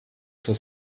zur